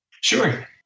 Sure